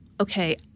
Okay